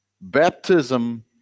baptism